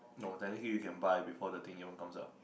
no technically you can buy before the thing even comes out